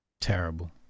Terrible